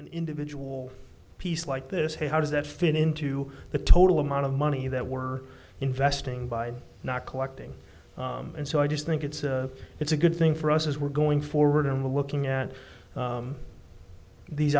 individual piece like this how does that fit into the total amount of money that we're investing by not collecting and so i just think it's a it's a good thing for us as we're going forward and looking at these